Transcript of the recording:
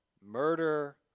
murder